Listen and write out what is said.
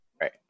Right